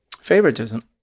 Favoritism